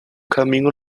caminho